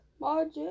Magic